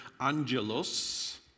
angelos